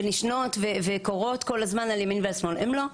ונשנות וקורות כל הזמן על ימין ועל שמאל הן לא קורות.